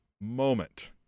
moment